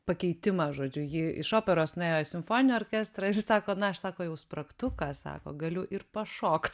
pakeitimą žodžiu ji iš operos nuėjo į simfoninį orkestrą ir sako na aš sako jau spragtuką sako galiu ir pašokt